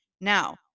Now